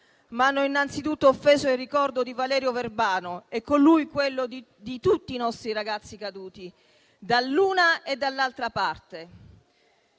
ma hanno innanzitutto offeso il ricordo di Valerio Verbano e quello di tutti i nostri ragazzi caduti, dall'una e dall'altra parte.